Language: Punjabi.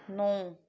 ਨਹੀਂ